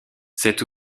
cet